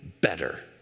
better